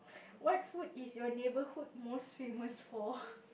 what food is your neighborhood most famous for